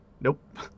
nope